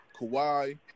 Kawhi